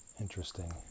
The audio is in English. interesting